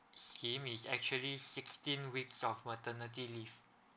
scheme is actually sixteen weeks of maternity leave